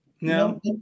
No